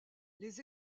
les